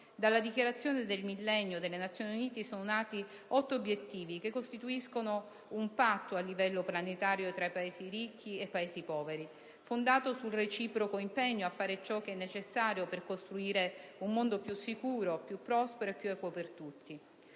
Dalla Dichiarazione del Millennio delle Nazioni Unite sono nati otto obiettivi che costituiscono un patto a livello planetario tra Paesi ricchi e Paesi poveri fondato sul reciproco impegno a fare ciò che è necessario per costruire un mondo più sicuro, più prospero e più equo per tutti.